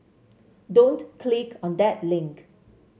don't click on that link